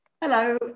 Hello